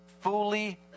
fully